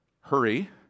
Hurry